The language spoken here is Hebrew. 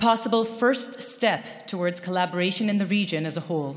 צעד ראשון אפשרי לקראת שיתוף פעולה באזור כולו.